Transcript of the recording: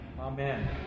Amen